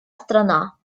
страна